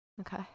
okay